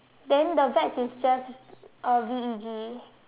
then the veg is just uh V E G